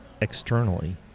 externally